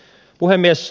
puhemies